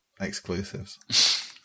exclusives